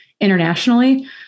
internationally